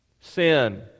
sin